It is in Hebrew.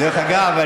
דרך אגב,